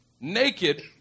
Naked